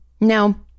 Now